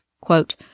quote